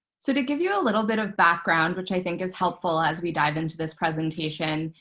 so to give you a little bit of background, which i think is helpful as we dive into this presentation,